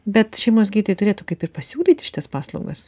bet šeimos gydytojai turėtų kaip ir pasiūlyti šitas paslaugas